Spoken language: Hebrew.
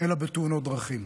אלא בתאונות דרכים: